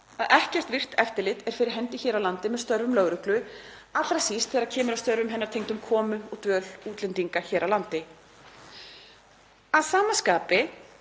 að ekkert virkt eftirlit er fyrir hendi hér á landi með störfum lögreglu, allra síst þegar kemur að störfum hennar tengdum komu og dvöl útlendinga hér á landi. Að sama skapi